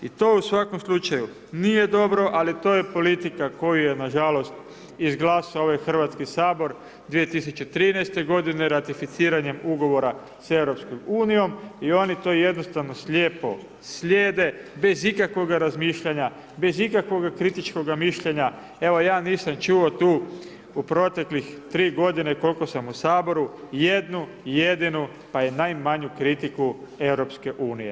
I to u svakom slučaju nije dobro, ali to je politika, koju je nažalost izglasao ovaj Hrvatski sabor 2013. godine ratificiranjem ugovora s EU i oni to jednostavno, slijepo slijede bez ikakvoga razmišljanja bez ikakvoga kritičkoga mišljenja, evo ja nisam čuo tu u proteklih 3 godine koliko sam u saboru jednu jedinu pa i najmanju kritiku EU.